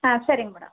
சரிங்க மேடம்